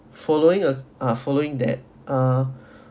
following a are following that ah